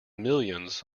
millions